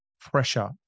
pressure